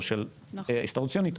או של ההסתדרות הציונית,